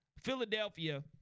Philadelphia